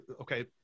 okay